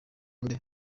nde